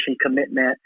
commitment